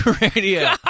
radio